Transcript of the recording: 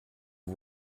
aux